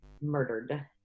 murdered